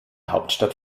hauptstadt